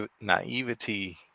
naivety